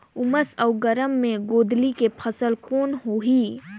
उमस अउ गरम मे गोंदली के फसल कौन होही?